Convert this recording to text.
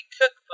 cookbook